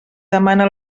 demana